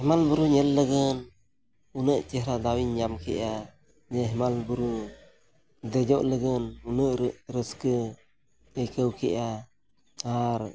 ᱦᱮᱢᱟᱞ ᱵᱩᱨᱩ ᱧᱮᱞ ᱞᱟᱹᱜᱤᱫ ᱩᱱᱟᱹᱜ ᱪᱮᱦᱨᱟ ᱫᱟᱣ ᱤᱧ ᱧᱟᱢ ᱠᱮᱫᱼᱟ ᱡᱮ ᱦᱮᱢᱟᱞ ᱵᱩᱨᱩ ᱫᱮᱡᱚᱜ ᱞᱟᱹᱜᱤᱫ ᱩᱱᱟᱹᱜ ᱨᱟᱹᱥᱠᱟᱹ ᱟᱹᱭᱠᱟᱹᱣ ᱠᱮᱜᱼᱟ ᱟᱨ